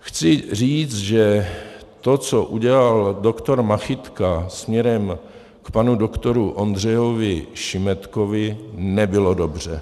Chci říct, že to, co udělal doktor Machytka směrem k panu doktoru Ondřejovi Šimetkovi, nebylo dobře.